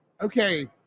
okay